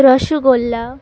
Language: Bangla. রসগোল্লা